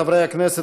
חברי הכנסת,